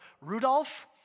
Rudolph